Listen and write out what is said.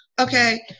Okay